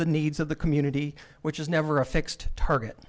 the needs of the community which is never a fixed target